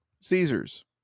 Caesar's